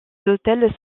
hôtels